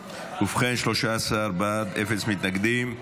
ובכן, 13 בעד, אפס מתנגדים.